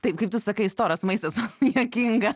taip kaip tu sakai storas maistas juokinga